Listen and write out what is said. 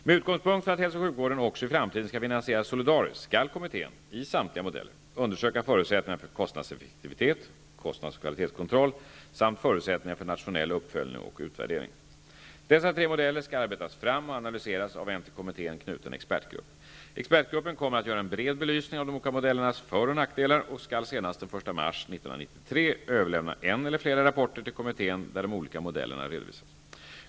Med utgångspunkt från att hälso och sjukvården också i framtiden skall finansieras solidariskt skall kommittén -- i samtliga modeller-- undersöka förutsättningarna för kostnadseffektivitet, kostnadsoch kvalitetskontroll samt förutsättningar för nationell uppföljning och utvärdering. Dessa tre modeller skall arbetas fram och analyseras av en till kommittén knuten expertgrupp. Expertgruppen kommer att göra en bred belysning av de olika modellernas för och nackdelar och skall senast den 1 mars 1993 överlämna en eller flera rapporter till kommittén där de olika modellerna redovisas.